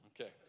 Okay